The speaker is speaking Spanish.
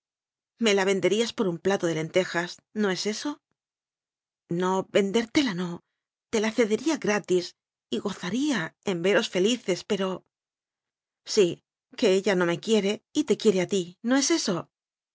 me la venderías por un plato de lente jas no es eso no vendértela no te la cedería gratis y gozaría en veros felices pero sí que ella no me quiere y te quiere a ti no es eso